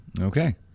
Okay